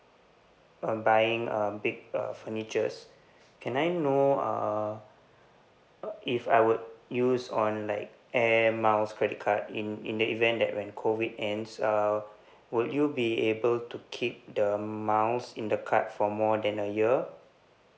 um buying um big uh furnitures can I know err if I would use on like air miles credit card in in the event that when COVID ends uh would you be able to keep the miles in the card for more than a year